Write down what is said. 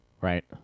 Right